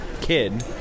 kid